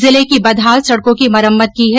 जिले की बदहाल सड़कों की मरम्मत की है